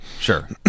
Sure